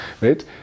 right